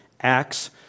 Acts